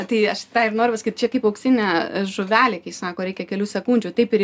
tai aš tą ir noriu pasakyt čia kaip auksinė žuvelė kai sako reikia kelių sekundžių taip ir